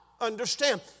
understand